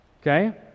Okay